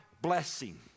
Blessing